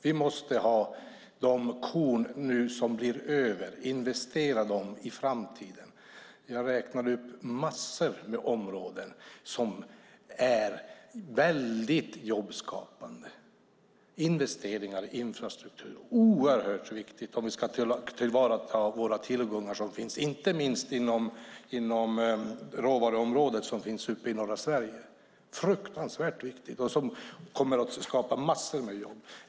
Vi måste ta de korn som nu blir över och investera dem i framtiden. Jag räknade upp massor av områden som är väldigt jobbskapande. Investeringar i infrastruktur är oerhört viktiga om vi ska tillvarata våra tillgångar som finns, inte minst inom råvaruområdet som finns uppe i norra Sverige. Det är fruktansvärt viktigt. Det kommer att skapa massor av jobb.